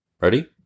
Ready